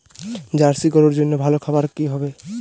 Jersey গরুর জন্য ভালো খাবার কি হবে?